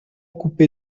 coupé